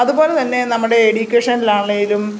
അതുപോലെ തന്നെ നമ്മുടെ എഡുക്കേഷനിൽ ആണേലും